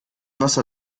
wasser